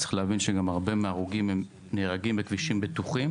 צריך להבין שהרבה מההרוגים נהרגים בכבישים בטוחים,